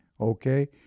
okay